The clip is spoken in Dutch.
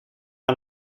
een